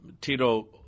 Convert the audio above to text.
Tito